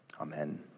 Amen